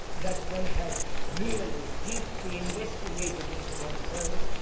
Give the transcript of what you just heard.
that one has really, deeply investigated into oneself